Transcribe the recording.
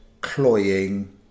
cloying